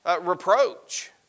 reproach